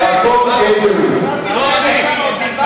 אברהם מיכאלי, איתן כבל.